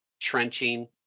trenching